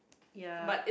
ya